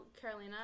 Carolina